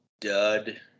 Dud